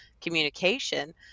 communication